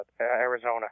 Arizona